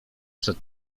przed